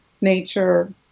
nature